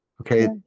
okay